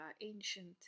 ancient